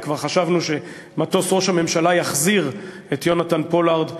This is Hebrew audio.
וכבר חשבנו שמטוס ראש הממשלה יחזיר את יהונתן פולארד לארצו,